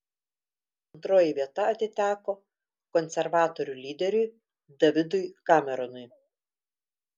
antroji vieta atiteko konservatorių lyderiui davidui cameronui